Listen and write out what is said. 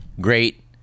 great